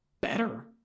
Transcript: better